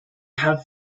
have